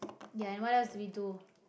ya and what else do we do